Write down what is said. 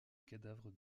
cadavre